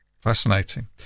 Fascinating